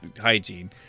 hygiene